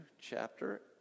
chapter